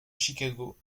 chicago